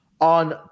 on